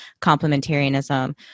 complementarianism